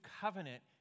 covenant